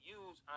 use